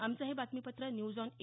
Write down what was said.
आमचं हे बातमीपत्र न्यूज ऑन ए